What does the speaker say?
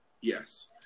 Yes